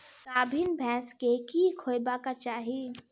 गाभीन भैंस केँ की खुएबाक चाहि?